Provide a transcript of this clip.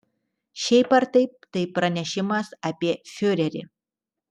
šiaip ar taip tai pranešimas apie fiurerį